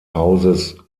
hauses